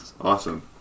Awesome